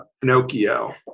Pinocchio